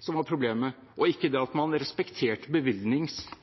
som var problemet, og ikke det at man ikke respekterte